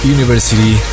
University